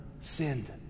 sinned